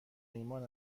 ایمان